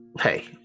hey